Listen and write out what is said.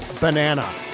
banana